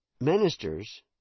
ministers